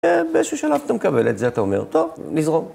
באיזשהו שלב אתה מקבל את זה, אתה אומר, "טוב, נזרום".